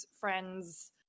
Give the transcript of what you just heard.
friends